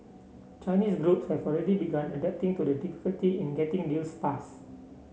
Chinese groups have already begun adapting to the difficulty in getting deals passed